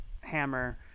hammer